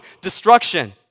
destruction